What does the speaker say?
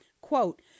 quote